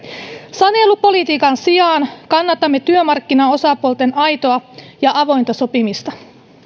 sanelupolitiikan sijaan kannatamme työmarkkinaosapuolten aitoa ja avointa sopimista